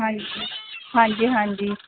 ਹਾਂਜੀ ਹਾਂਜੀ ਹਾਂਜੀ